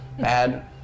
bad